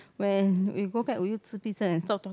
when you go back will you and stop talking